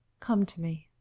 come to me.